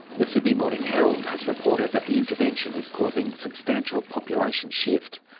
the sydney morning herald has reported that the intervention is causing substantial population shift.